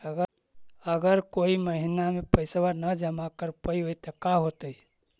अगर कोई महिना मे पैसबा न जमा कर पईबै त का होतै?